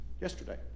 yesterday